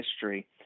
history